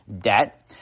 debt